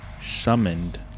summoned